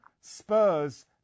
Spurs